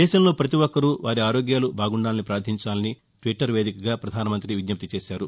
దేశంలో భ్రతి ఒక్కరూ వారి ఆరోగ్యాలు బాగుండాలని ప్రార్ణించాలని ట్వీటర్ వేదికగా ప్రధాన మంత్రి విజ్ఞప్తి చేశారు